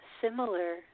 similar